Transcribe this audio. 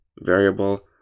variable